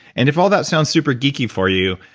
and if all that sounds super geeky for you,